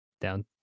down